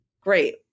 Great